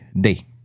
day